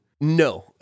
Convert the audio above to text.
No